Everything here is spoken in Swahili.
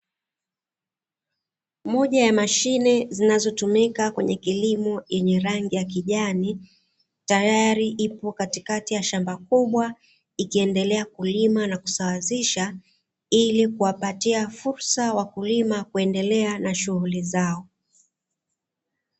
Moja ya mashine zinazotumika kwenye kilimo yenye rangi ya kijani tayari ipo katikati ya shamba kubwa, ikiendelea kulima na kusawazisha ili kuwapatia fursa wakulima kuendelea na shughuli zao.